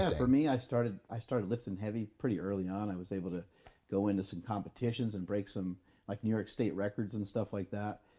for me i started i started lifting heavy pretty early on. i was able to go into some competitions and break some like new york state records and stuff like that.